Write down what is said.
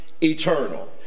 eternal